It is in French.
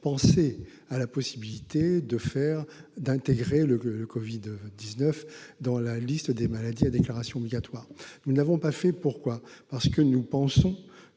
évoqué la possibilité d'intégrer le Covid-19 dans la liste des maladies à déclaration obligatoire. Nous n'avons pas retenu cette option, parce que nous pensons